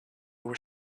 were